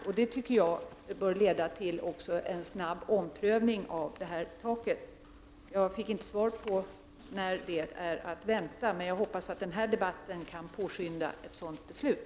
Jag menar att detta också bör leda till en snabb omprövning av beslutet om taket. Jag fick inte besked om när en sådan omprövning är att vänta, men jag hoppas att denna debatt kan påskynda ett sådant beslut.